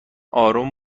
آروم